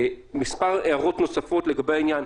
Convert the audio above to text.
כמה הערות נוספות לגבי העניין.